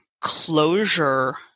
closure